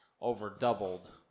over-doubled